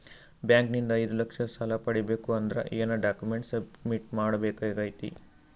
Bank ನಿಂದ ಐದು ಲಕ್ಷ ಸಾಲ ಪಡಿಬೇಕು ಅಂದ್ರ ಏನ ಡಾಕ್ಯುಮೆಂಟ್ ಸಬ್ಮಿಟ್ ಮಾಡ ಬೇಕಾಗತೈತಿ?